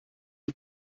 die